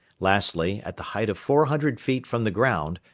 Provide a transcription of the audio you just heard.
lastly, at the height of four hundred feet from the ground,